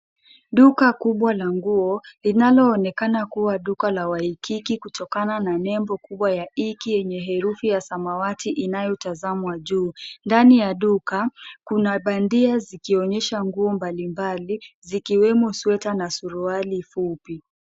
Duka kubwa la nguo linaloonekana kuwa duka la waikiki kutokana na nembo kubwa ya waikiki yenye herufi ya samawati inayotazamwa juu. Ndani ya duka kuna bandia zikionyesha nguo mbalimbali zikiwemo sweta na suruali fupi.